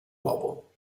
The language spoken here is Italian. uovo